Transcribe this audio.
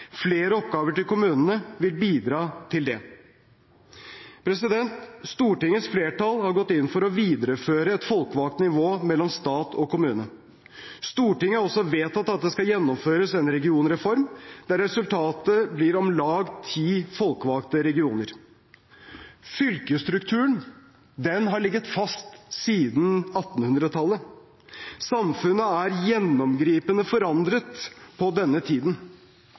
Flere oppgaver til kommunene vil bidra til det. Stortingets flertall har gått inn for å videreføre et folkevalgt nivå mellom stat og kommune. Stortinget har også vedtatt at det skal gjennomføres en regionreform, der resultatet blir om lag ti folkevalgte regioner. Fylkesstrukturen har ligget fast siden 1800-tallet. Samfunnet er gjennomgripende forandret på denne tiden.